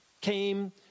came